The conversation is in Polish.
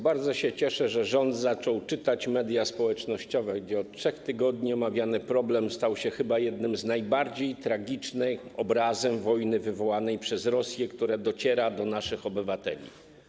Bardzo się cieszę, że rząd zaczął czytać media społecznościowe, gdzie od 3 tygodni omawiany problem stał się chyba jednym z najbardziej tragicznych obrazów wojny wywołanej przez Rosję, które docierają do naszych obywateli.